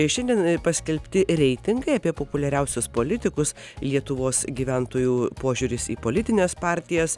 šiandien paskelbti reitingai apie populiariausius politikus lietuvos gyventojų požiūris į politines partijas